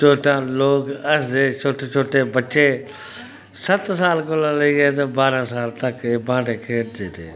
ते लोक हसदे छोटे छोटे बच्चे सत्त साल कोला लेइऐ बारां साल तकर ब्हांटे खेढदे रेह्